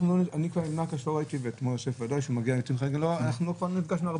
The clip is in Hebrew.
אל לא מעט מהסדרים הגענו דרך